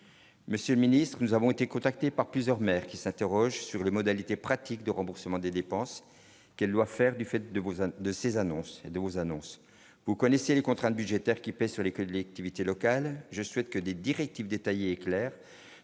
monsieur le Ministre, nous avons été contactés par plusieurs maires qui s'interroge sur les modalités pratiques de remboursement des dépenses qu'elle doit faire du fait de vous un de ces annonces et de vos annonces vous connaissiez les contraintes budgétaires qui pèsent sur les collectivités locales, je souhaite que des directives détaillées soient